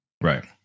Right